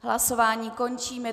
Hlasování končím.